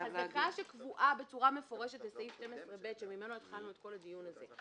החזקה שקבועה בצורה מפורשת בסעיף 12ב שממנו התחלנו את כל הדיון הזה,